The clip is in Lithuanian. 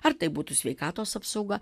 ar tai būtų sveikatos apsauga